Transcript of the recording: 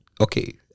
okay